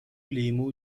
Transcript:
لیمو